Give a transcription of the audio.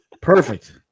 Perfect